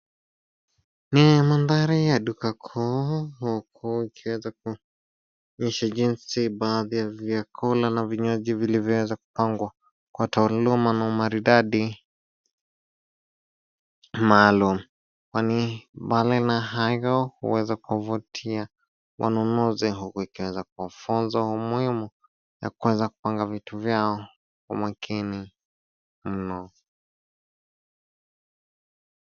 Ni mandhari ya duka kuu huku ikiweza kuonyesha jinsi baadhi ya vyakula na vinywaji vilivyoweza kupangwa kwa taaluma na umaridadi maalamu. Kwani mbali na hayo huweza kuvutia wanunuzi huku ikiweza kuwa funza umuhimu ya kuweza kupanga vitu vyao umakini mno.